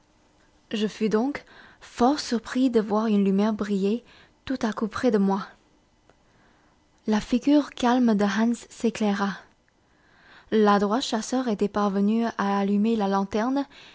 je fus donc fort surpris de voir une lumière briller tout à coup près de moi la figure calme de hans s'éclaira l'adroit chasseur était parvenu à allumer la lanterne